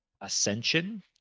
ascension